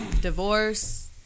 divorce